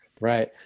Right